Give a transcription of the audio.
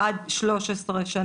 עד 13 שנים.